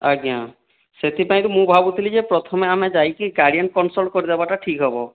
ଆଜ୍ଞା ସେ'ଥି ପାଇଁ କି ମୁଁ ଭାବୁଥିଲି ଯେ ପ୍ରଥମେ ଆମେ ଯାଇକି ଗାର୍ଡିଆନ୍ କନ୍ସଲ୍ଟ କରିଦେବାଟା ଠିକ୍ ହେବ